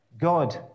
God